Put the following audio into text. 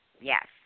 Yes